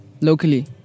locally